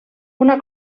una